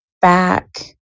back